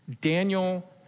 Daniel